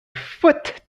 foot